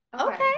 okay